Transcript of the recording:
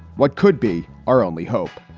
what could be our only hope?